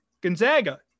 Gonzaga